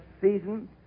season